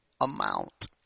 amount